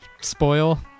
spoil